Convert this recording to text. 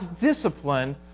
discipline